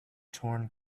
torn